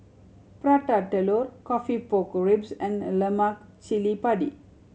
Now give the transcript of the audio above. Prata Telur coffee pork ribs and lemak cili padi